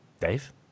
Dave